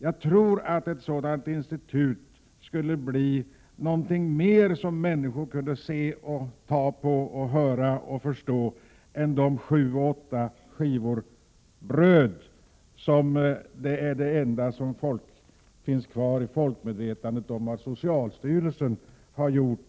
Jag tror att ett sådant institut skulle bli någonting som människor kunde se och ta på, höra och förstå bättre än de sju åtta skivor bröd som är det enda som finns kvar i folks medvetande om vilka insatser socialstyrelsen har gjort.